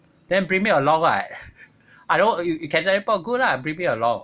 then bring me along [what] I don't you you can teleport good lah but bring me along